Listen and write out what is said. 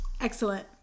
excellent